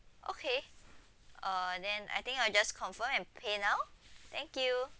okay uh then I think I'll just confirm and pay now thank you